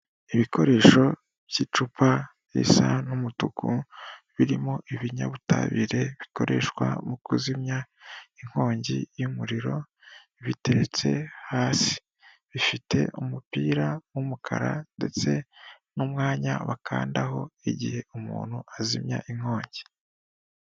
Ibikoresho by'icupa risa n'umutuku birimo ibinyabutabire bikoreshwa mu kuzimya inkongi y'umuriro biteretse hasi bifite umupira w'umukara ndetse n'umwanya bakandaho igihe umuntu azimya inkongi.